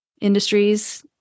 industries